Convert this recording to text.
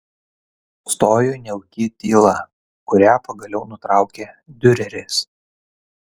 stojo nejauki tyla kurią pagaliau nutraukė diureris